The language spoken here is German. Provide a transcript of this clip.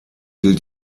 gilt